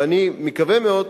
ואני מקווה מאוד